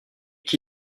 qui